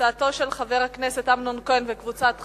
הצעתו של חבר הכנסת אמנון כהן וקבוצת חברים,